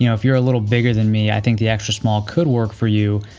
you know if you're a little bigger than me, i think the extra small could work for you.